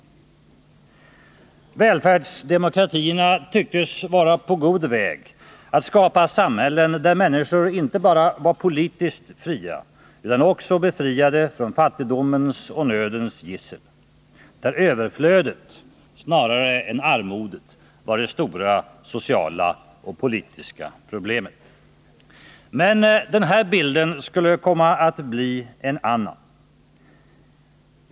Välfärdsdemokratierna tycktes vara på god väg att skapa samhällen där människor inte bara var politiskt fria utan också befriade från fattigdomens och nödens gissel, där överflödet snarare än armodet var det stora sociala och politiska problemet. Men den här bilden skulle komma att bli en annan.